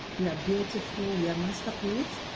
we are beautiful, we are masterpiece,